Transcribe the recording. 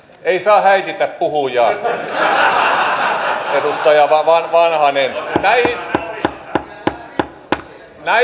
ei saa häiritä puhujaa edustaja vanhanen